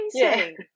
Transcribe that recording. amazing